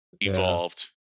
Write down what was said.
evolved